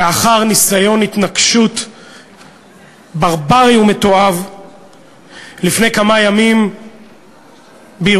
לאחר ניסיון התנקשות ברברי ומתועב לפני כמה ימים בירושלים.